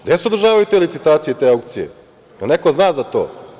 Gde se održavaju te licitacije i te aukcije, da li neko zna za to?